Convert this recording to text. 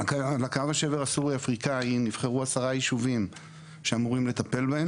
על קו השבר הסורי-אפריקני נבחרו עשרה יישובים שאמורים לטפל בהם.